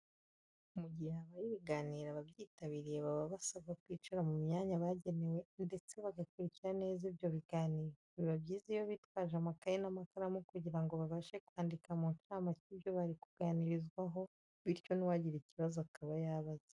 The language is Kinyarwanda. Mu gihe habaye ibiganiro, ababyitabiriye baba basabwa kwicara mu myanya bagenewe ndetse bagakurikira neza ibyo biganiro. Biba byiza iyo bitwaje amakaye n'amakaramu kugira ngo babashe kwandika mu ncamake ibyo bari kuganirizwaho bityo n'uwagira ikibazo akaba yabaza.